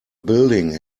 building